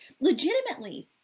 legitimately